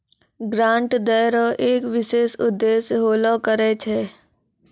grant दै रो एक विशेष उद्देश्य होलो करै छै